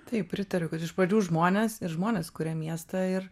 taip pritariu kad iš pradžių žmonės ir žmonės kuria miestą ir